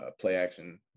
play-action